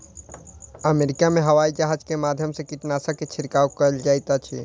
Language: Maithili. अमेरिका में हवाईजहाज के माध्यम से कीटनाशक के छिड़काव कयल जाइत अछि